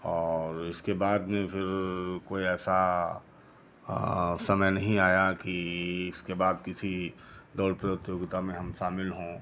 और इसके बाद में फिर कोई ऐसा समय नहीं आया कि इसके बाद किसी दौड़ प्रतियोगिता में हम शामिल हों